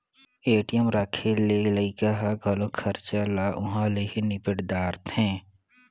ATM राखे ले लइका ह घलो खरचा ल उंहा ले ही निपेट दारथें